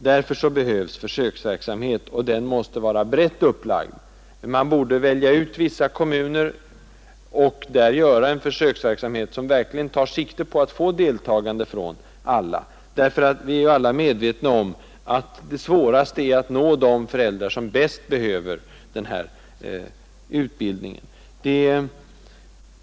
Därför behövs försöksverksamhet, och den måste vara brett upplagd. Man borde välja ut vissa kommuner och där ordna en försöksverksamhet som verkligen tar sikte på deltagande av alla. Vi är ju medvetna om, att det svåraste är att nå de föräldrar som bäst behöver den här utbildningen.